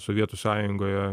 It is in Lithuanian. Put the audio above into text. sovietų sąjungoje